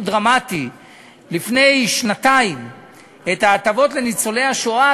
דרמטי לפני שנתיים את ההטבות לניצולי השואה,